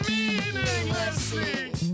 Meaninglessly